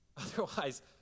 Otherwise